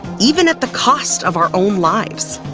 even at the cost of our own lives.